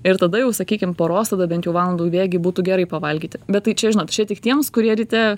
ir tada jau sakykim poros tada bent jau valandų bėgy būtų gerai pavalgyti bet tai čia žinot čia tik tiems kurie ryte